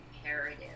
imperative